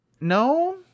No